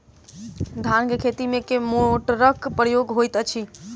धान केँ खेती मे केँ मोटरक प्रयोग होइत अछि?